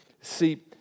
See